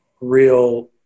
real